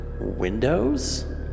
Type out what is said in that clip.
windows